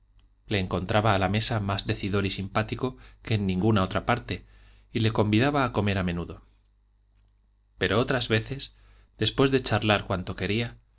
le encontraba a la mesa más decidor y simpático que en ninguna otra parte y le convidaba a comer a menudo pero otras veces después de charlar cuanto quería